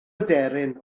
aderyn